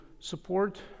Support